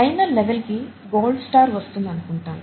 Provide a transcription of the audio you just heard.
final level కి gold star వస్తుందనుకుంటాను